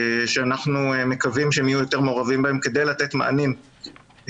שאנחנו מקווים שהם יהיו יותר מעורבים בהן כדי לתת מענים לאוכלוסייה.